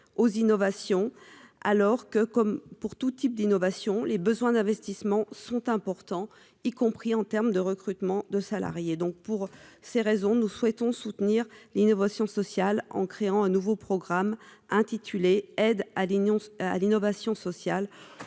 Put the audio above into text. aux innovations alors que, comme pour tout type d'innovation, les besoins d'investissement sont importants, y compris en terme de recrutement de salariés donc pour ces raisons, nous souhaitons soutenir l'innovation sociale, en créant un nouveau programme intitulé Aide à l'Union, à l'innovation sociale